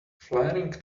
flaring